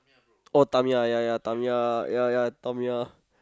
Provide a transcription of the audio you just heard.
oh Tamiya ya ya Tamiya ya ya Tamiya